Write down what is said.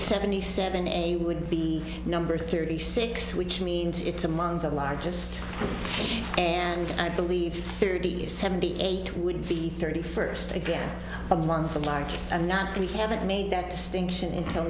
seventy seven a would be number thirty six which means it's among the largest and i believe thirty seventy eight would be thirty first again among the largest and not the haven't made that distinction in till